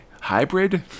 hybrid